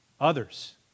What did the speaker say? Others